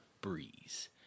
breeze